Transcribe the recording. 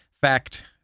fact